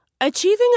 Achieving